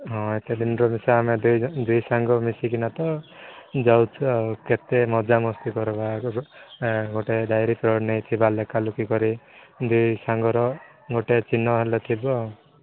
ହଁ ଏତେଦିନର ମିଶା ଆମେ ଦୁଇଜଣ ଦୁଇସାଙ୍ଗ ମିଶିକିନା ତ ଯାଉଛୁ ଆଉ କେତେ ମଜା ମସ୍ତି କରିବାର ଆଉ ଗୋଟେ ଜାଗାରେ ନେଇଥିବା ଲେଖାଲେଖି କରି ଦୁଇ ସାଙ୍ଗର ଗୋଟେ ଚିହ୍ନ ହେଲେ ଥିବ ଆଉ